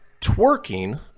twerking